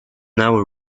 now